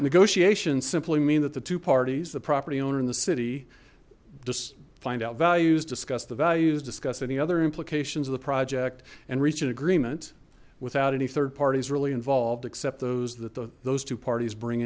negotiations simply mean that the two parties the property owner in the city just find out values discuss the values discuss any other implications of the project and reach an agreement with any third parties really involved except those that the those two parties bring